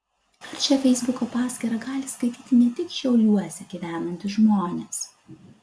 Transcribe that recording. ar šią feisbuko paskyrą gali skaityti ne tik šiauliuose gyvenantys žmonės